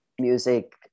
music